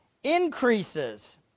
increases